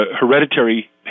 hereditary